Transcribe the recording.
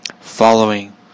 Following